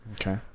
Okay